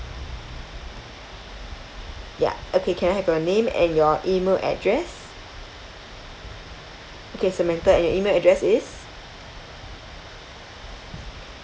ya okay can I have your name and your email address okay samantha and your email address is